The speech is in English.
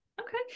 Okay